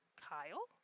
Kyle